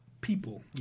people